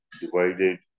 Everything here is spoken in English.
divided